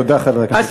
תודה, חבר הכנסת טיבי.